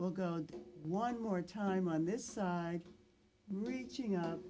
will go on one more time on this side reaching up